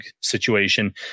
situation